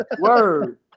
Word